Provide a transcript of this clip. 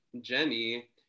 Jenny